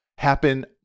happen